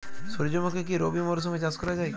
সুর্যমুখী কি রবি মরশুমে চাষ করা যায়?